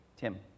Tim